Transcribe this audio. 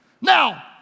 now